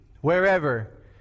wherever